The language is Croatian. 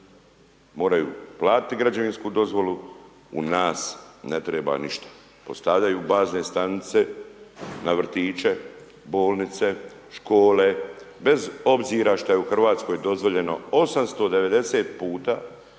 Moraju platiti građevinsku dozvolu u nas ne treba ništa. Postavljaju bazne stanice na vrtiće, bolnice, škole, bez obzira šta je u Hrvatskoj, dozvoljeno 890 puta